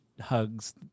hugs